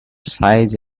size